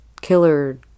killer